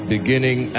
Beginning